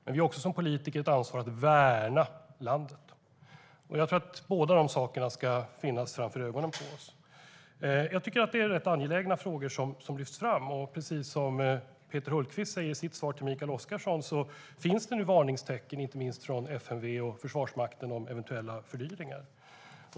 Som politiker har vi också ett ansvar att värna landet. Vi bör ha båda dessa saker framför ögonen. Det är angelägna frågor som lyfts fram. Precis som Peter Hultqvist säger i sitt svar till Mikael Oscarsson finns det varningstecken från FMV och Försvarsmakten om eventuella fördyringar.